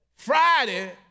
Friday